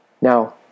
Now